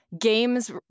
Games